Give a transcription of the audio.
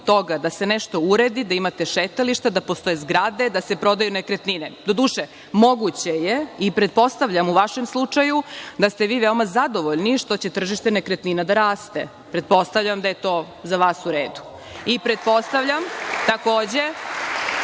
da se nešto uredi, da imate šetalište, da postoje zgrade, da se prodaju nekretnine? Doduše, moguće je i pretpostavljam u vašem slučaju da ste vi veoma zadovoljni što će tržište nekretnina da raste. Pretpostavljam da je to za vas u redu. Pretpostavljam takođe